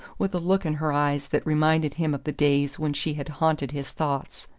with a look in her eyes that reminded him of the days when she had haunted his thoughts.